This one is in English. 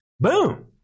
Boom